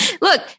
Look